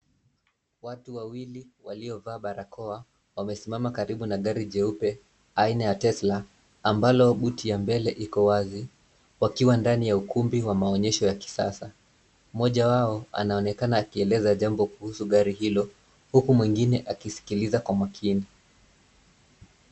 Watu wawili waliovaa barakoa wamesimama karibu na gari jeupe aina ya tesla ambalo boot ya mbele liko wazi wakiwa ndani ya ukumbi wa maonyesho wa kisasa. Mmoja wao anaonekana akieleza jambo kuhusu gari hilo huku mwingine akiskiliza kwa makini.